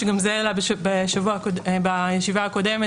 וגם זה עלה בישיבה הקודמת,